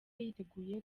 yiteguye